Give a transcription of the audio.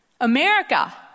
America